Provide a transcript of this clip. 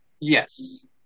yes